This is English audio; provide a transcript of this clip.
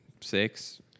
six